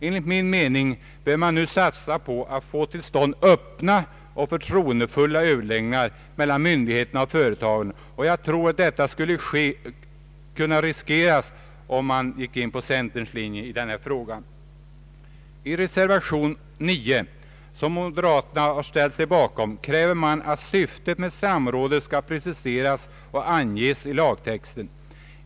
Enligt min mening bör man nu satsa på att få till stånd öppna och förtroendefulla överläggningar mellan myndigheten och företagen, och jag tror att detta skulle kunna riskeras om man gick på centerns linje i den här frågan. I reservation 9, som moderaterna har ställt sig bakom, krävs att syftet med samrådet skall preciseras och anges i lagtexten.